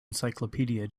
encyclopedia